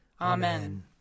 Amen